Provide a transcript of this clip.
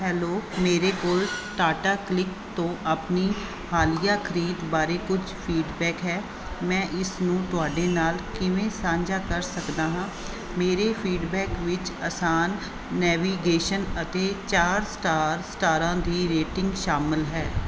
hello ਮੇਰੇ ਕੋਲ Tata Cliq ਤੋਂ ਆਪਣੀ ਹਾਲੀਆ ਖਰੀਦ ਬਾਰੇ ਕੁਝ ਫੀਡਬੈਕ ਹੈ ਮੈਂ ਇਸ ਨੂੰ ਤੁਹਾਡੇ ਨਾਲ ਕਿਵੇਂ ਸਾਂਝਾ ਕਰ ਸਕਦਾ ਹਾਂ ਮੇਰੇ ਫੀਡਬੈਕ ਵਿੱਚ ਆਸਾਨ ਨੇਵੀਗੇਸ਼ਨ ਅਤੇ ਚਾਰ ਸਟਾਰ ਸਟਾਰਾਂ ਦੀ ਰੇਟਿੰਗ ਸ਼ਾਮਲ ਹੈ